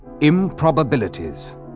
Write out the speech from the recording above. Improbabilities